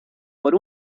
por